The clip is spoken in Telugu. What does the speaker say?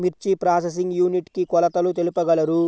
మిర్చి ప్రోసెసింగ్ యూనిట్ కి కొలతలు తెలుపగలరు?